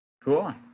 Cool